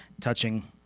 touching